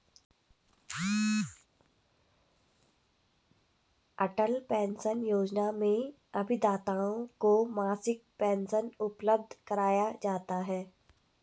अटल pension योजना में अभिदाताओं को मासिक पेंशन उपलब्ध कराया जाता है